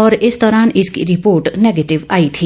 और इस दौरान इसकी रिपोर्ट नेगेटिव आई थी